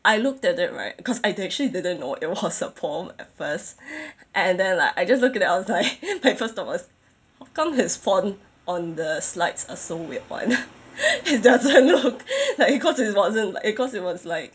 I looked at it right cause I actually didn't know it was a poem at first and then like I just look at it I was like my first thought was how come his font on the slides are so weird [one] it doesn't look like cause it wasn't like cause it was like